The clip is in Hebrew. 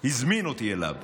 הזמין אותי אליו.